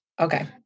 Okay